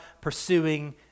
pursuing